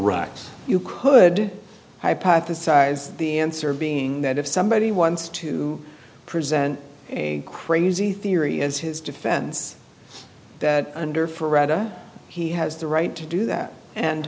correct you could hypothesize the answer being that if somebody wants to present a crazy theory as his defense that under forever he has the right to do that and